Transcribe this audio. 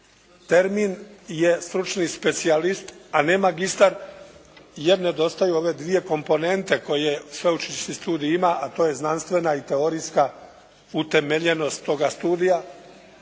termin je stručni specijalist, a ne magistar jer nedostaju ove dvije komponente koje sveučilišni studij ima, a to je znanstvena i teorijska utemeljenost toga studija.